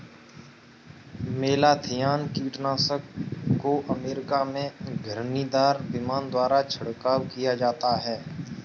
malathion कीटनाशक को America में घिरनीदार विमान द्वारा छिड़काव किया जाता है